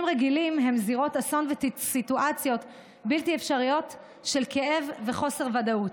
רגילים הם זירות אסון וסיטואציות בלתי אפשריות של כאב וחוסר ודאות.